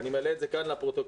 ואני מעלה את זה כאן לפרוטוקול,